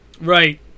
Right